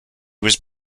was